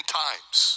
times